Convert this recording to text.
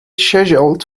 scheduled